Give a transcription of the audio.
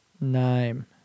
name